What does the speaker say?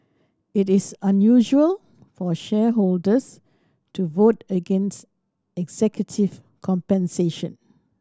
it is unusual for shareholders to vote against executive compensation